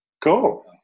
Cool